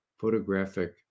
Photographic